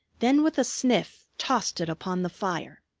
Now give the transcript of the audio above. then with a sniff tossed it upon the fire.